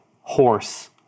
horse